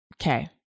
Okay